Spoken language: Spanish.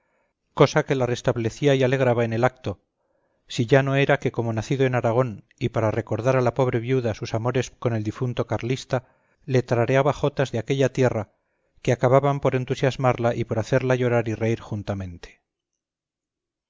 cosa que la restablecía y alegraba en el acto si ya no era que como nacido en aragón y para recordar a la pobre viuda sus amores con el difunto carlista le tarareaba jotas de aquella tierra que acababan por entusiasmarla y por hacerla llorar y reír juntamente